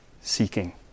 seeking